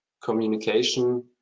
communication